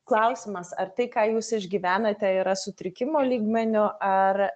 klausimas ar tai ką jūs išgyvenate yra sutrikimo lygmeniu ar